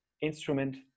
instrument